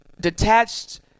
detached